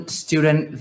student